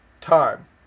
time